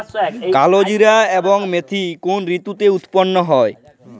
কালোজিরা এবং মেথি কোন ঋতুতে উৎপন্ন হয়?